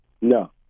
No